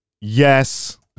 Yes